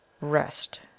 Rest